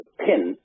pin